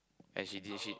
and she didn't she